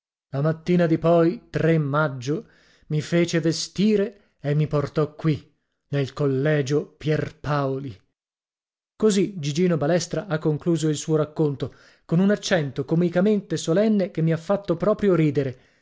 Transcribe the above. la mattina di poi tre maggio mi fece vestire e mi portò qui nel collegio pierpaoli cosi gigino balestra ha concluso il suo racconto con un accento comicamente solenne che mi ha fatto proprio ridere